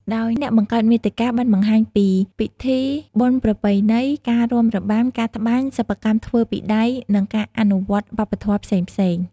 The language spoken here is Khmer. ដោយអ្នកបង្កើតមាតិកាបានបង្ហាញពី ពិធីបុណ្យប្រពៃណី ការរាំរបាំ ការត្បាញ សិប្បកម្មធ្វើពីដៃ និងការអនុវត្តវប្បធម៌ផ្សេងៗ។